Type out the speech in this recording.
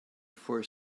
for